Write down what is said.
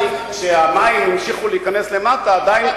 כשהמים המשיכו להיכנס למטה עדיין רקדו ואכלו.